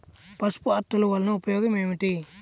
పసుపు అట్టలు వలన ఉపయోగం ఏమిటి?